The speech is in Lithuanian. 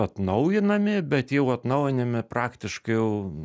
atnaujinami bet jau atnaujinami praktiškai jau